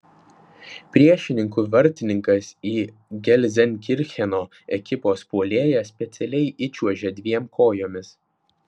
priešininkų vartininkas į gelzenkircheno ekipos puolėją specialiai įčiuožė dviem kojomis